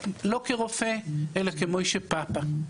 לא כרופא אלא כמויש'ה פפא.